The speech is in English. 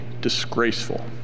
disgraceful